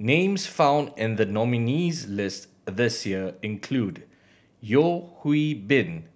names found in the nominees' list this year include Yeo Hwee Bin